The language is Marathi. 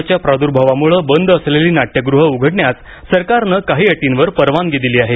कोरोनाच्या प्रादुर्भावामुळे बंद असलेली नाट्यगृहे उघडण्यास सरकारने काही अटींवर परवानगी दिली आहे